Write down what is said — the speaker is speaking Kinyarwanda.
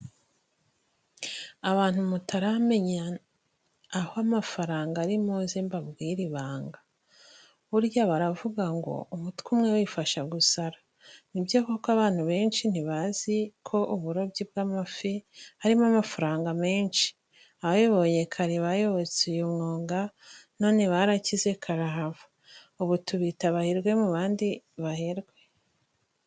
Abantu mutaramenya aho amafaranga ari muze mbabwire ibanga, burya baravuga ngo umutwe umwe wifasha gusara. Ni byo koko abantu benshi ntibazi ko uburobyi bw'amafi harimo amafaranga menshi. Ababibonye kare bayobotse uyu mwuga none barakize karahava, ubu tubita abaherwe mu bandi baherwe.